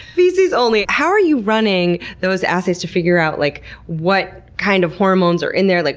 feces only. how are you running those assays to figure out like what kind of hormones are in there? like